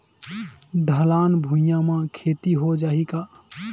ढलान भुइयां म खेती हो जाही का?